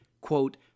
quote